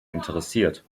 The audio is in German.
interessiert